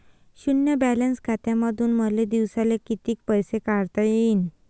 शुन्य बॅलन्स खात्यामंधून मले दिवसाले कितीक पैसे काढता येईन?